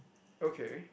okay